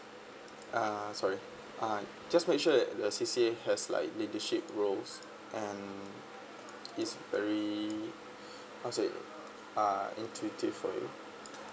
uh sorry uh just make sure the CCA has like leadership roles and is very how is it uh interactive for you